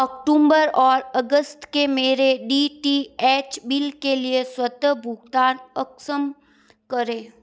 October और अगस्त के मेरे डी टी एच बिल के लिए स्वतः भुगतान अक्षम करें